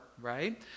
right